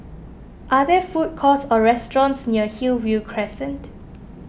are there food courts or restaurants near Hillview Crescent